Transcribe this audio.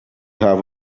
have